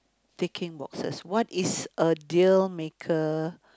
ticking boxes what is a dealmaker